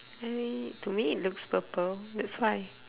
I mean to me it looks purple that's why